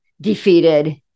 defeated